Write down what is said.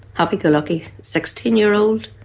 happy-go-lucky sixteen year old.